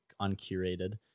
Uncurated